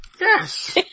Yes